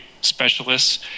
specialists